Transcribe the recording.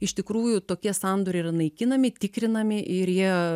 iš tikrųjų tokie sandoriai yra naikinami tikrinami ir jie